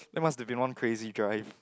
that must've been one crazy drive